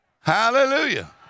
Hallelujah